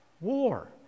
war